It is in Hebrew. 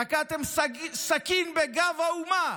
תקעתם סכין בגב האומה,